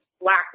Black